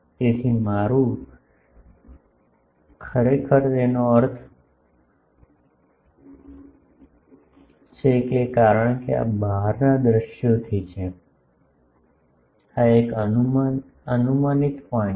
તેથી આ મારું ખરેખર છે તેનો અર્થ છે કારણ કે આ બહારના દ્રશ્યોથી છે આ એક અનુમાનિત પોઇન્ટ છે